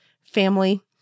family